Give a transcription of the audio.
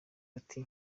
ati